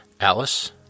Alice